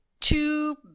two